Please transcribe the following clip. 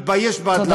מתבייש בהדלפות.